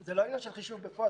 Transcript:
זה לא עניין של חישוב בפועל,